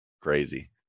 crazy